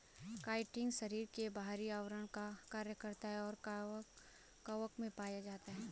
chitin शरीर के बाहरी आवरण का कार्य करता है और कवक में पाया जाता है